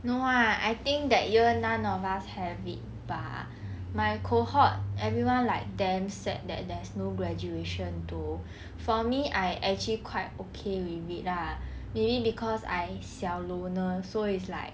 no ah I think that year none of us have it bah my cohort everyone like them said that there's no graduation too for me I actually quite okay with it lah maybe cause I 小 loner so it's like